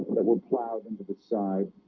that were plowed into the side